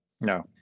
No